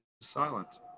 silent